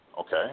Okay